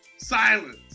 silence